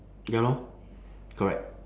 ya lor correct